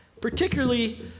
particularly